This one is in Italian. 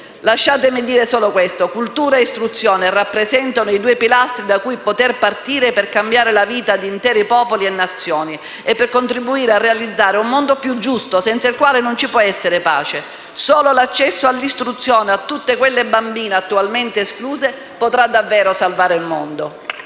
Lasciatemi aggiungere solo che cultura e istruzione rappresentano i due pilastri da cui partire per poter cambiare la vita di interi popoli e Nazioni e per contribuire a realizzare un mondo più giusto, senza il quale non ci può essere pace. Solo l'accesso all'istruzione per tutte quelle bambine attualmente escluse potrà davvero salvare il mondo.